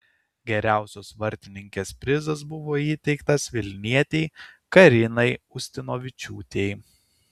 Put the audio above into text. geriausios vartininkės prizas buvo įteiktas vilnietei karinai ustinovičiūtei